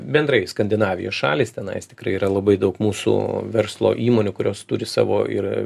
bendrai skandinavijos šalys tenais tikrai yra labai daug mūsų verslo įmonių kurios turi savo ir